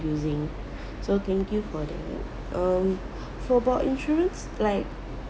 confusing so thank you for the um for about insurance like